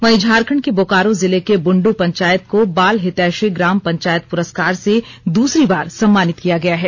वहीं झारखंड के बोकारो जिले के बुंडू पंचायत को बाल हितैषी ग्राम पंचायत पुरस्कार से दूसरी बार सम्मानित किया गया है